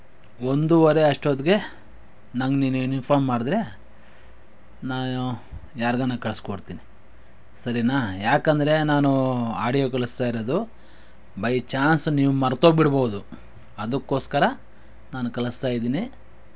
ಒಂದೂವರೆ ಅಷ್ಟೊತ್ತಿಗೆ ನನಗೆ ನೀನು ಇನಿಫಾರ್ಮ್ ಮಾಡಿದ್ರೆ ನಾನು ಯಾರ್ಗಾನ ಕಳ್ಸ್ಕೊಡ್ತೀನಿ ಸರಿನಾ ಯಾಕೆಂದರೆ ನಾನು ಆಡಿಯೋ ಕಳಿಸ್ತಾ ಇರೋದು ಬೈ ಚಾನ್ಸ್ ನೀವು ಮರ್ತೋಗ್ಬಿಡ್ಬೋದು ಅದಕ್ಕೋಸ್ಕರ ನಾನು ಕಳ್ಸ್ತಾ ಇದ್ದೀನಿ